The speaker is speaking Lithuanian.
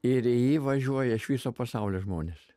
ir į jį važiuoja iš viso pasaulio žmonės